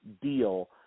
deal